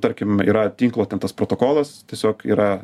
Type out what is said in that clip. tarkim yra tinklo ten tas protokolas tiesiog yra